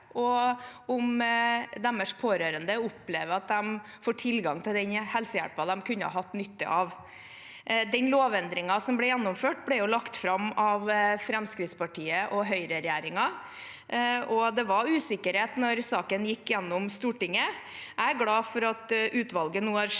og om deres pårørende opplever at de får tilgang til den helsehjelpen de kunne hatt nytte av. Den lovendringen som ble gjennomført, ble lagt fram av regjeringen med Fremskrittspartiet og Høyre, og det var usikkerhet da saken gikk gjennom i Stortinget. Jeg er glad for at utvalget nå har sett